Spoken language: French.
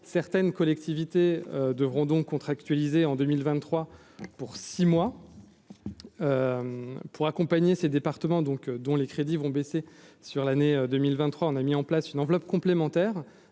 certaines collectivités devront donc contractualisé en 2023 pour 6 mois pour accompagner ces départements donc, dont les crédits vont baisser sur l'année 2023, on a mis en place une enveloppe complémentaire,